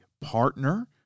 partner